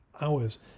hours